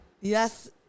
Yes